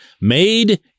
made